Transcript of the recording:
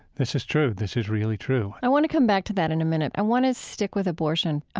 this is true. this is really true i want to come back to that in a minute. i want to stick with abortion.